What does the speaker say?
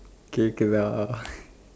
கேட்குதா:keetkuthaa